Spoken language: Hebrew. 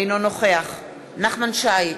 אינו נוכח נחמן שי,